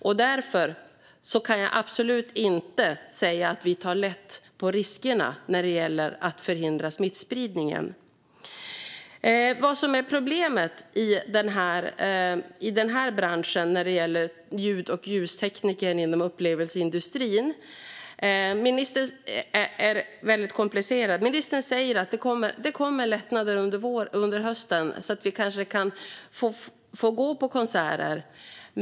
Jag kan absolut inte säga att vi tar lätt på riskerna när det gäller att förhindra smittspridningen. Problemet i den här branschen, ljud och ljustekniker inom upplevelseindustrin, är väldigt komplicerat. Ministern säger att det kommer lättnader under hösten, så att vi kanske kan få gå på konserter.